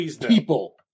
people